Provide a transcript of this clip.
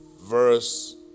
Verse